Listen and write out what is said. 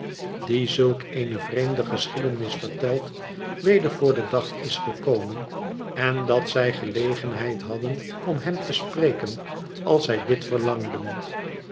die zulk eene vreemde geschiedenis vertelt weder voor den dag is gekomen en dat zij gelegenheid hadden om hem te spreken als zij dit verlangden